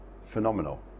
phenomenal